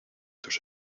tus